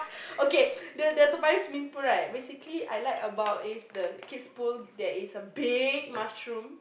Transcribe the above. okay the the Toa-Payoh swimming pool right basically I like about is the kids pool there is a big mushroom